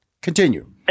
Continue